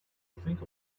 think